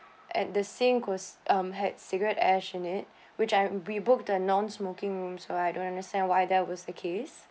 at the same goes um had cigarette ash in it which I am we booked a nonsmoking rooms so I don't understand why that was the case